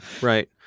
Right